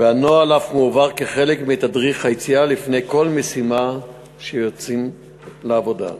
והנוהל אף מועבר כחלק מתדריך היציאה לפני כל משימה כשיוצאים לעבודה.